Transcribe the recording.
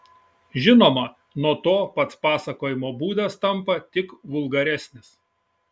žinoma nuo to pats pasakojimo būdas tampa tik vulgaresnis